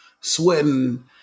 sweating